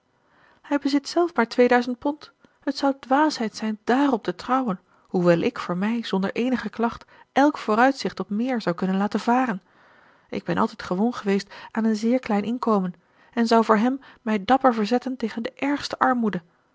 hij bezit zelf maar tweeduizend pond het zou dwaasheid zijn dààrop te trouwen hoewel ik voor mij zonder eenige klacht elk vooruitzicht op meer zou kunnen laten varen ik ben altijd gewoon geweest aan een zeer klein inkomen en zou voor hem mij dapper verzetten tegen de ergste armoede